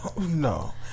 No